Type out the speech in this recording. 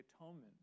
atonement